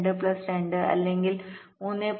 2 plus 2 അല്ലെങ്കിൽ 3